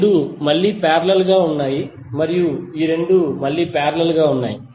ఈ 2 మళ్ళీ పారేలల్ గా మరియు ఈ 2 మళ్ళీ పారేలల్ గా ఉన్నాయి